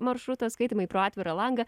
maršrutas skaitymai pro atvirą langą